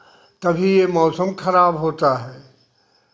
तभी यह मौसम खराब होता है